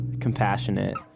compassionate